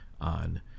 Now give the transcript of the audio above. on